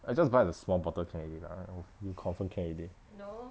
I just buy the small bottle can already lah you confirm can already